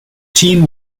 team